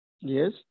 Yes